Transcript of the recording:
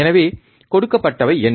எனவே கொடுக்கப்பட்டவை என்ன